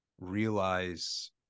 realize